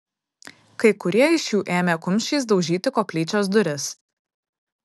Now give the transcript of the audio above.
kai kurie iš jų ėmė kumščiais daužyti koplyčios duris